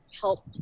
help